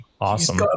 Awesome